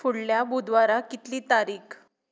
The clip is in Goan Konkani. फुडल्या बुधवारा कितली तारीख